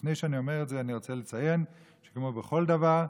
לפני שאני אומר את זה אני רוצה לציין שכמו בכל דבר,